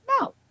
No